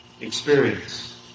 experience